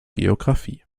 geographie